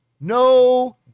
No